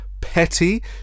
petty